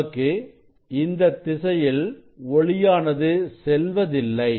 நமக்கு இந்தத் திசையில் ஒளியானது செல்வதில்லை